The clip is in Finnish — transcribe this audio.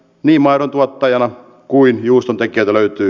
liimaron tuottajana kuin juuston tekevä löytyy